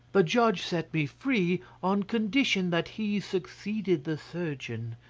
the judge set me free, on condition that he succeeded the surgeon.